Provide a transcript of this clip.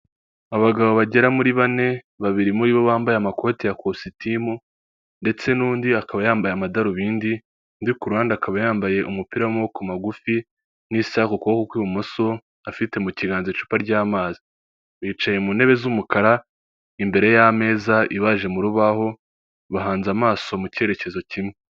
Abagabo bagera muri bane, babiri muri bo bambaye amakoti ya kositimu ndetse n'undi akaba yambaye amadarubindi, undi ku ruhande akaba yambaye umupira w'amaboko magufi n'isaha kuboko kw'ibumoso, afite mu kiganza icupa ry'amazi, bicaye mu ntebe z'umukara, imbere y'ameza ibaje mu rubaho, bahanze amaso mu cyerekezo kimwe.